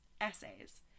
essays